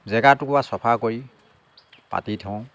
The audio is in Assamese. জেগাটুকুৰা চাফা কৰি পাতি থওঁ